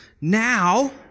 Now